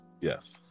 Yes